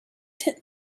tent